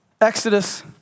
Exodus